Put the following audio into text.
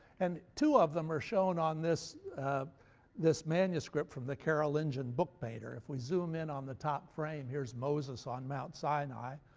and two of them are shown on this this manuscript from the carolingian book painter. if we zoom in on the top frame, here's moses on mount sinai.